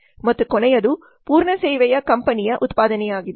ಮತ್ತು ಕೊನೆಯದು ಪೂರ್ಣ ಸೇವೆಯ ಕಂಪನಿಯ ಉತ್ಪಾದನೆಯಾಗಿದೆ